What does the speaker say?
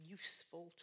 useful